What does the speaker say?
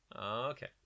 Okay